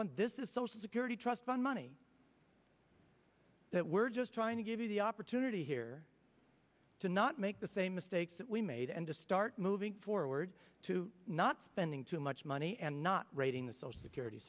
one this is social security trust fund money that we're just trying to give you the opportunity here to not make the same mistakes that we made and to start moving forward to not spending too much money and not raiding the social security